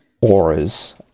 auras